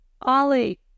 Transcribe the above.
Ollie